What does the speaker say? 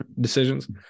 decisions